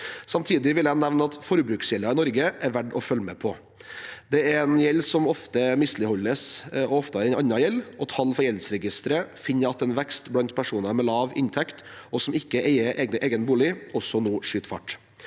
Samtidig vil jeg nevne at forbruksgjelden i Norge er verdt å følge med på. Det er en gjeld som ofte misligholdes, oftere enn annen gjeld, og tall fra Gjeldsregisteret viser at en vekst blant personer med lav inntekt og som ikke eier egen bolig, også nå skyter fart.